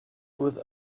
with